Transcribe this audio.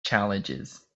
challenges